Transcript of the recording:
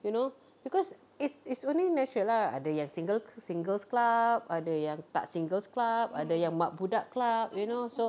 you know because it's it's only natural lah ada yang single singles club ada yang tak singles club ada yang mak budak club you know so